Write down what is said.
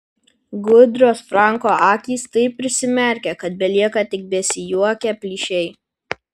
gudrios franko akys taip prisimerkia kad belieka tik besijuokią plyšiai